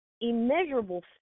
immeasurable